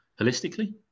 holistically